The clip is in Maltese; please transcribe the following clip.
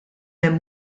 hemm